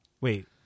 wait